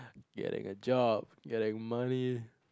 getting a job getting money